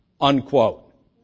unquote